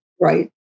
right